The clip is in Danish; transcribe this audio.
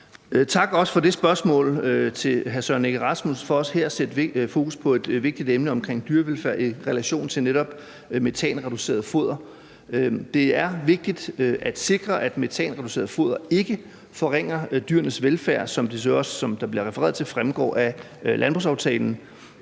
Tak for det spørgsmål til hr. Søren Egge Rasmussen, og tak for også her at sætte fokus på et vigtigt emne, der handler om dyrevelfærd i relation til netop metanreducerende foder. Det er vigtigt at sikre, at metanreducerende foder ikke forringer dyrenes velfærd, som det jo så også, som der bliver refereret til, fremgår af landbrugsaftalen.